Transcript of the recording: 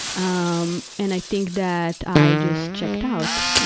um and i think that i just checked out